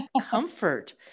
comfort